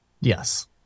Yes